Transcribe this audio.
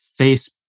Facebook